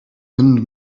and